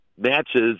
matches